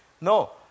No